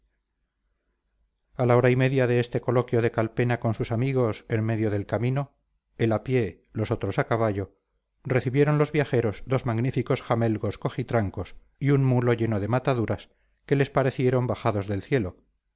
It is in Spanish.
a la hora y media de este coloquio de calpena con sus amigos en medio del camino él a pie los otros a caballo recibieron los viajeros dos magníficos jamelgos cojitrancos y un mulo lleno de mataduras que les parecieron bajados del cielo